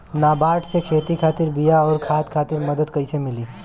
नाबार्ड से खेती खातिर बीया आउर खाद खातिर मदद कइसे मिली?